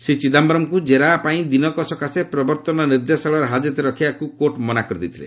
ଶ୍ରୀ ଚିଦାୟରମ୍ଙ୍କୁ ଜେରା ପାଇଁ ଦିନକ ସକାଶେ ପ୍ରବର୍ତ୍ତନ ନିର୍ଦ୍ଦେଶାଳୟର ହାକତରେ ରଖିବାପାଇଁ କୋର୍ଟ ମନା କରିଦେଇଥିଲେ